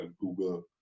Google